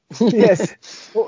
Yes